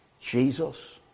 Jesus